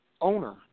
owner